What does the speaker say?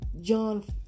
John